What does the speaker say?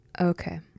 Okay